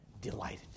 Delighted